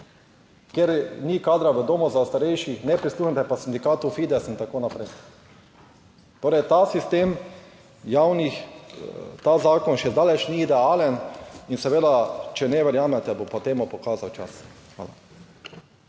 kjer ni kadra v domu za starejše, ne prisluhnete pa sindikatu Fides in tako naprej. Torej, ta sistem javnih, ta zakon še zdaleč ni idealen. In, seveda, če ne verjamete, bo pa to pokazal čas. Hvala.